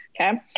Okay